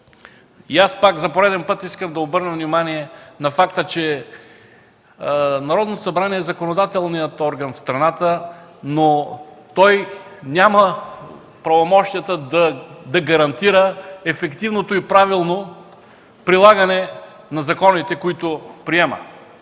годините. За пореден път искам да обърна внимание на факта, че Народното събрание е законодателният орган в страната, но той няма правомощията да гарантира ефективното и правилно прилагане на законите, които приема.